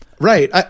Right